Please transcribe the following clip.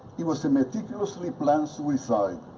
it was a meticulously planned suicide.